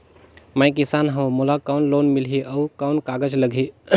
मैं किसान हव मोला कौन लोन मिलही? अउ कौन कागज लगही?